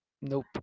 Nope